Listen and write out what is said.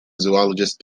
zoologist